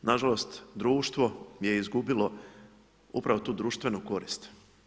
Na žalost društvo je izgubilo upravo tu društvenu korist.